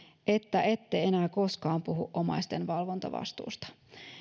että ette enää koskaan puhu omaisten valvontavastuusta